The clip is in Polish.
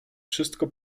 wszystko